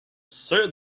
said